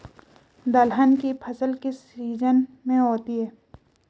दलहन की फसल किस सीजन में होती है?